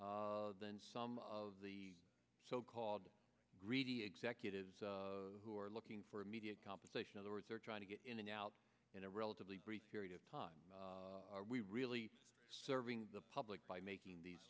than some of the so called executives who are looking for immediate compensation other words they're trying to get in and out in a relatively brief period of time are we really serving the public by making these